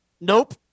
Nope